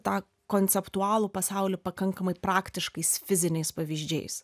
tą konceptualų pasaulį pakankamai praktiškais fiziniais pavyzdžiais